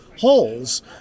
holes